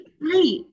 right